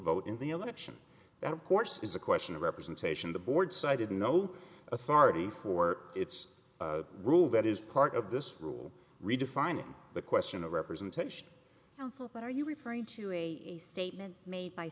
vote in the election that of course is a question of representation the board cited no authority for its rule that is part of this rule redefining the question of representation council but are you referring to a statement made by